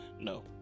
no